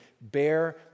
bear